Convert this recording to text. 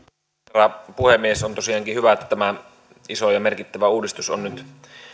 arvoisa herra puhemies on tosiaankin hyvä että tämä iso ja merkittävä uudistus on nyt nyt